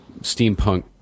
steampunk